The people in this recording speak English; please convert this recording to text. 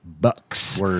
bucks